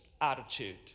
attitude